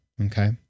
okay